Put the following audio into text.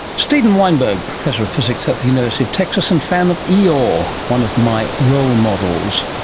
steven weinberg, professor of physics at the university of texas and fan of eeyore, one of my role models.